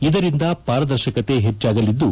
ಇದರಿಂದ ಪಾರದರ್ಶಕತೆ ಹೆಚ್ಚಾಗಲಿದ್ದು